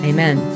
Amen